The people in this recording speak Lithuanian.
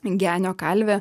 genio kalvė